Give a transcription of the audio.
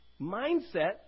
mindset